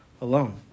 alone